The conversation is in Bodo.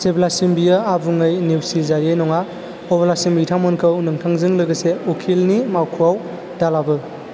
जेब्लासिम बेयो आबुङै नेवसिजायै नङा अब्लासिम बिथांमोनखौ नोंथांजों लोगोसे उकीलनि मावख'वाव दालाबो